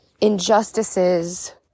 injustices